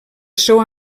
seu